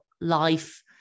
life